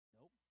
Nope